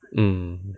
mm